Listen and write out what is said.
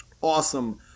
awesome